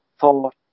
thought